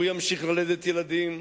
הוא ימשיך ללדת ילדים,